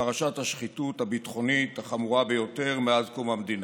פרשת השחיתות הביטחונית החמורה ביותר מאז קום המדינה?